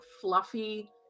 fluffy